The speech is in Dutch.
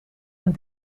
een